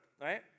right